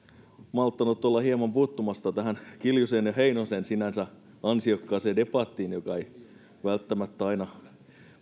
malttanut olla hieman puuttumatta tähän kiljusen ja heinosen sinänsä ansiokkaaseen debattiin joka ei välttämättä aina